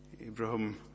Abraham